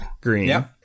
Green